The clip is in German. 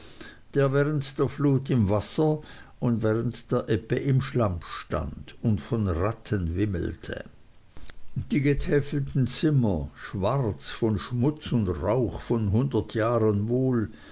der während der flut im wasser und während der ebbe im schlamm stand und von ratten wimmelte die getäfelten zimmer schwarz von schmutz und rauch von hundert jahren wohl